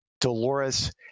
Dolores